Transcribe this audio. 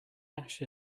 ash